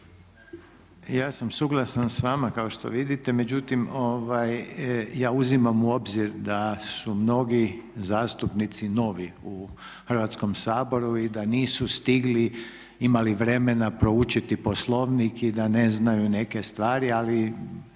Ja sam suglasan s vama kao što vidite međutim ja uzimam u obzir da su mnogi zastupnici novi u Hrvatskom saboru i da nisu stigli, imali vremena proučiti Poslovnik i da ne znaju neke stvari ali